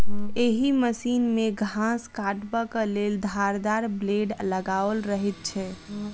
एहि मशीन मे घास काटबाक लेल धारदार ब्लेड लगाओल रहैत छै